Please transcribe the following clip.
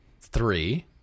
Three